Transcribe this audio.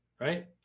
right